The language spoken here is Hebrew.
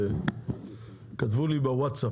כתבו לי בווטסאפ,